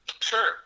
Sure